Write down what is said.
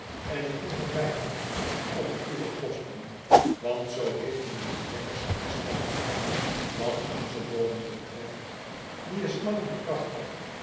en ik moet er bijvoegen op uwe kosten want zoo heeft mijnheer jaggers het besteld wat onze woning betreft die is lang niet prachtig